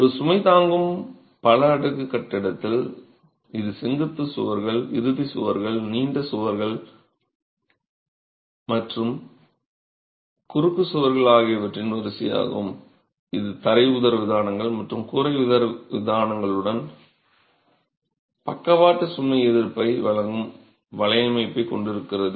ஒரு சுமை தாங்கும் பல அடுக்கு கட்டிடத்தில் இது செங்குத்துச் சுவர்கள் இறுதிச் சுவர்கள் நீண்ட சுவர்கள் மற்றும் குறுக்குச் சுவர்கள் ஆகியவற்றின் வரிசையாகும் இது தரை உதரவிதானங்கள் மற்றும் கூரை உதரவிதானங்களுடன் பக்கவாட்டு சுமை எதிர்ப்பை வழங்கும் வலையமைப்பை உருவாக்குகிறது